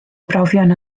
brofion